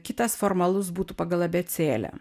kitas formalus būtų pagal abėcėlę